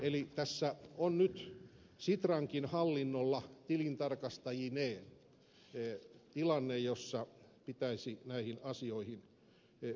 eli tässä on nyt sitrankin hallinnolla tilintarkastajineen tilanne jossa pitäisi näihin asioihin puuttua